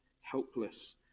helpless